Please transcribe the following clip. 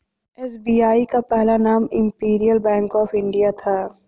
SBI का पहला नाम इम्पीरीअल बैंक ऑफ इंडिया था